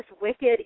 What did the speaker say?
wicked